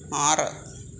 ആറ്